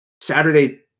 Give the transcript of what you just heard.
Saturday